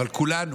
אבל כולנו,